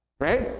Right